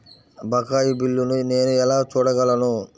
బకాయి బిల్లును నేను ఎలా చూడగలను?